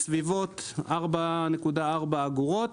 בסביבות ה-4.4 אגורות.